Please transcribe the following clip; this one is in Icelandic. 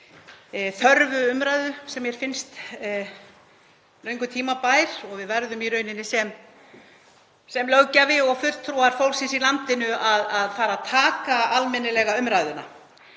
þörfu umræðu sem mér finnst löngu tímabær og við verðum í rauninni sem löggjafi og fulltrúar fólksins í landinu að fara að taka almennilega umræðu